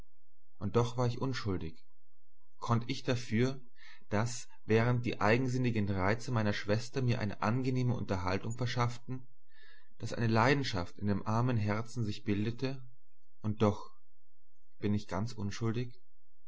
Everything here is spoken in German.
und doch war ich unschuldig konnt ich dafür daß während die eigensinnigen reize ihrer schwester mir eine angenehme unterhaltung verschafften daß eine leidenschaft in dem armen herzen sich bildete und doch bin ich ganz unschuldig